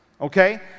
Okay